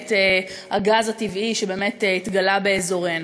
למעט הגז הטבעי שבאמת התגלה באזורנו.